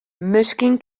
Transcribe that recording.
miskien